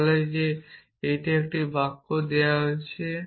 যা বলে যে একটি বাক্য দেওয়া হয়েছে